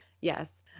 yes